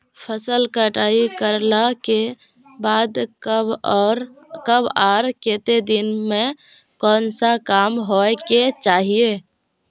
फसल कटाई करला के बाद कब आर केते दिन में कोन सा काम होय के चाहिए?